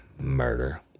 murder